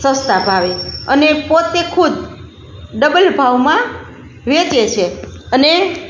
સસ્તા ભાવે અને પોતે ખુદ ડબલ ભાવમાં વેચે છે અને